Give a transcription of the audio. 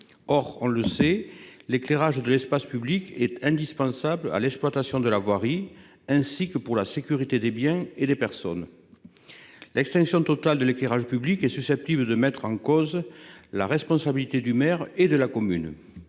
totale de l'éclairage public. Or celui-ci est indispensable à l'exploitation de la voirie ainsi qu'à la sécurité des biens et des personnes. L'extinction totale de l'éclairage public est susceptible de mettre en cause la responsabilité du maire et de la commune.